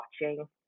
watching